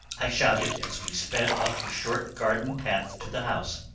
i shouted as we sped up the short garden-path to the house.